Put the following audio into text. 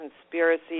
Conspiracy